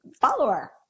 follower